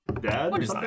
dad